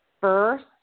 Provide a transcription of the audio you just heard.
first